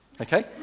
okay